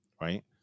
right